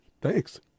Thanks